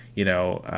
you know,